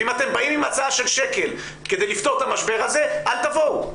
ואם אתם באים עם הצעה של שקל כדי לפתור את המשבר הזה אל תבואו.